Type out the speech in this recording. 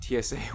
TSA